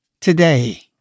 today